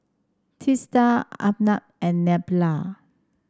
Teesta Arnab and Neila